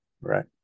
Right